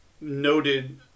noted